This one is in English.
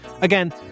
Again